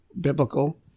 biblical